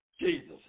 Jesus